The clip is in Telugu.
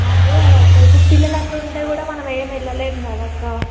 అదే ఇప్పుడు పిల్లలు అలా ఉంటే కూడా మనం ఏమి వెళ్ళలేం కదా అక్క